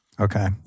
Okay